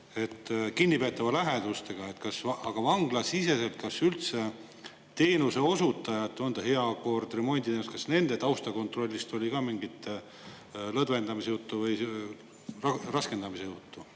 kinnipeetava lähedaste [taustakontrollist], aga vanglasiseselt, kas üldse teenuseosutajad – on see heakord, remonditeenus –, kas nende taustakontrollist oli ka mingit lõdvendamise juttu või raskendamise juttu?